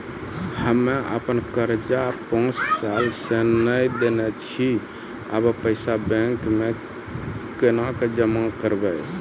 हम्मे आपन कर्जा पांच साल से न देने छी अब पैसा बैंक मे कोना के जमा करबै?